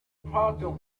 pardon